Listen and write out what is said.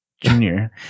Junior